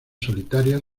solitarias